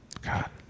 God